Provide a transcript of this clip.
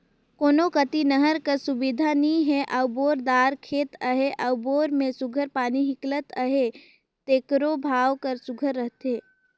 कोनो कती नहर कर सुबिधा नी हे अउ बोर दार खेत अहे अउ बोर में सुग्घर पानी हिंकलत अहे तेकरो भाव हर सुघर रहथे